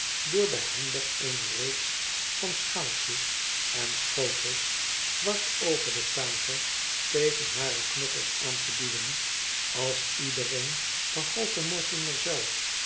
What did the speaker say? door behendig eene reeks van schaaltjes en schotels dwars over de tafel tegen hare knokkels aan te duwen als iedereen behalve mortimer zelf